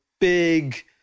big